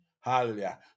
Hallelujah